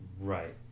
Right